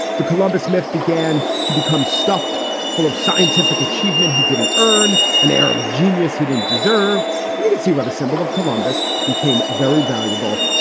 the columbus myth began to become stuffed full of scientific achievement, he didn't earn an air of genius. he didn't deserve and to see what the symbol of columbus became very valuable,